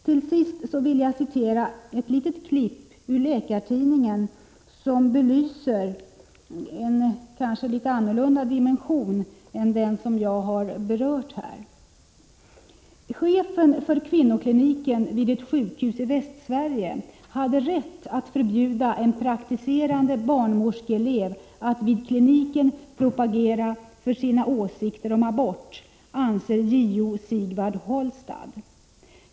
Till sist vill jag citera ett litet klipp ur Läkartidningen, där man belyser en något annorlunda dimension än den jag här har berört. ”Chefen för kvinnokliniken vid ett sjukhus i Västsverige hade rätt att förbjuda en praktiserande barnmorskeelev att vid kliniken propagera för sina åsikter om abort, anser JO Sigvard Holstad.